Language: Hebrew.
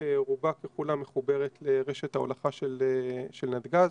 רובה ככולה מחוברת לרשת ההולכה של נתג"ז,